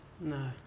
no